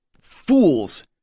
fools